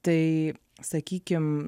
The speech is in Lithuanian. tai sakykim